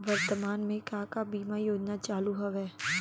वर्तमान में का का बीमा योजना चालू हवये